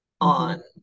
on